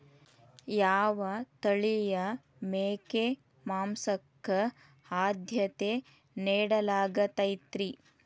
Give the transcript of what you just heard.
ಯಾವ ತಳಿಯ ಮೇಕೆ ಮಾಂಸಕ್ಕ, ಆದ್ಯತೆ ನೇಡಲಾಗತೈತ್ರಿ?